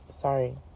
Sorry